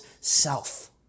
self